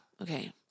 Okay